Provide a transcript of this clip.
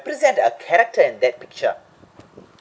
present a character in that picture